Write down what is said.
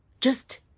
Just-